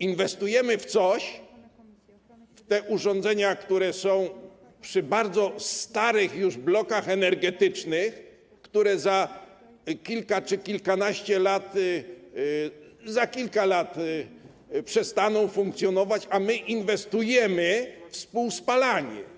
inwestujemy w te urządzenia, które są przy bardzo starych już blokach energetycznych, które za kilka czy kilkanaście lat, za kilka lat przestaną funkcjonować, a my inwestujemy we współspalanie.